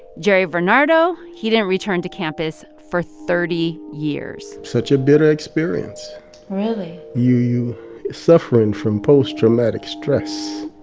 jerry varnado he didn't return to campus for thirty years such a bitter experience really? you suffering from post-traumatic stress